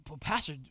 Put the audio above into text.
Pastor